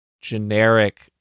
generic